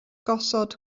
gosod